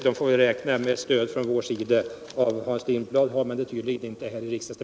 Den får väl räkna med stöd från vår sida — av Hans Lindblad har man det tydligen inte.